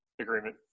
agreement